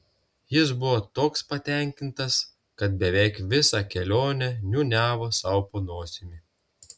jis buvo toks patenkintas kad beveik visą kelionę niūniavo sau po nosimi